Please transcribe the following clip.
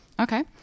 Okay